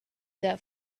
that